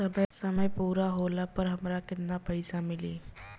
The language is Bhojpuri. समय पूरा होला पर हमरा केतना पइसा मिली?